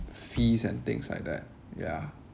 fees and things like that ya